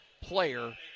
player